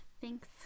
Thanks